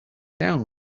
down